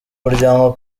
muryango